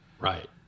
Right